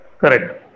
Correct